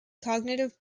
cognitive